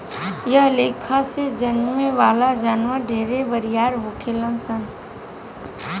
एह लेखा से जन्में वाला जानवर ढेरे बरियार होखेलन सन